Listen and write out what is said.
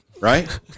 Right